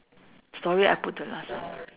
story I put the last one lah